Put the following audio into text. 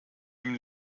dem